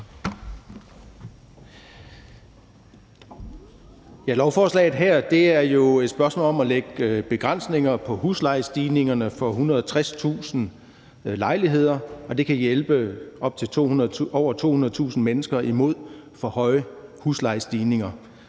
Lovforslaget her handler jo om at lægge begrænsninger på huslejestigningerne for 160.000 lejligheder, og det kan hjælpe over 200.000 mennesker i forhold til for høje huslejestigninger